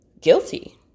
guilty